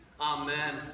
Amen